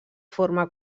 forma